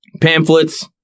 pamphlets